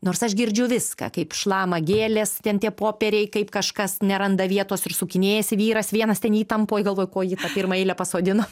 nors aš girdžiu viską kaip šlama gėlės ten tie popieriai kaip kažkas neranda vietos ir sukinėjasi vyras vienas ten įtampoj galvoju ko jį į tą pirmą eilę pasodino